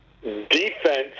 defense